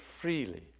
freely